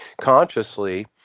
consciously